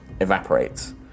evaporates